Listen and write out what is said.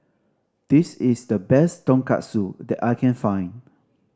this is the best Tonkatsu that I can find